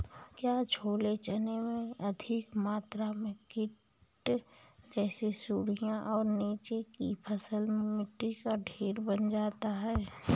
क्या छोले चने में अधिक मात्रा में कीट जैसी सुड़ियां और नीचे की फसल में मिट्टी का ढेर बन जाता है?